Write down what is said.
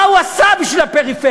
מה הוא עשה בשביל הפריפריה?